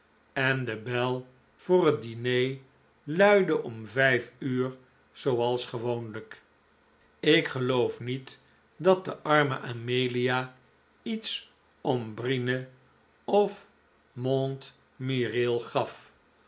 en debel voor het diner luidde om vijf uur zooals gewoonlijk ik geloof niet dat de arme amelia iets om brienne of montmirail gaf